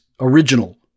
original